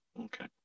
Okay